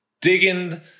digging